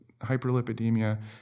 hyperlipidemia